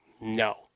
No